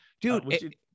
dude